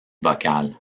vocale